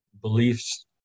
beliefs